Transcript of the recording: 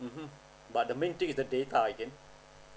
mmhmm but the main thing is the data again